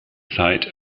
zeit